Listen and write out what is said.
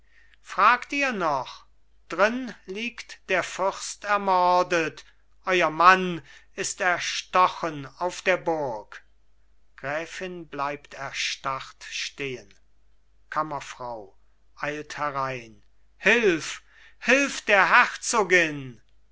fragt ihr noch drin liegt der fürst ermordet euer mann ist erstochen auf derburg gräfin bleibt erstarrt stehen kammerfrau eilt herein hilf hilf derherzogin